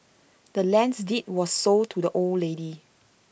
the land's deed was sold to the old lady